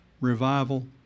revival